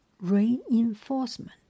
reinforcement